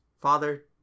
father